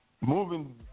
Moving